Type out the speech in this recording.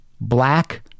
black